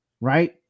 Right